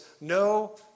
no